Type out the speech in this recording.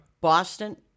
Boston